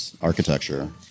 architecture